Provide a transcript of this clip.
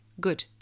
Good